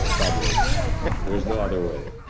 ah pablo. there is no other way.